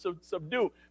subdue